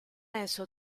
esso